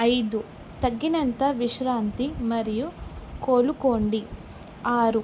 ఐదు తగినంత విశ్రాంతి మరియు కోలుకోండి ఆరు